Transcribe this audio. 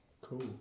cool